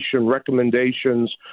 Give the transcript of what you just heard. recommendations